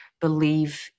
believe